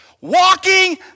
Walking